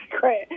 great